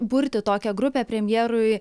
burti tokią grupę premjerui